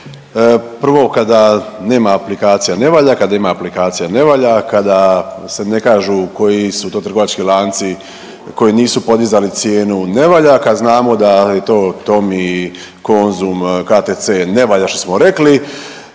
kada ima aplikacija ne valja, kada se ne kažu koji su to trgovački lanci koji nisu podizali cijenu ne valja, kad znamo da je to Tommy, Konzum, KTC ne valja što smo rekli.